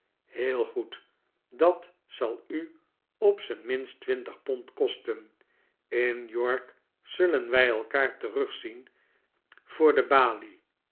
heel goed dat zal u op z'n minst twintig pond kosten in york zullen wij elkaar terugzien voor de balie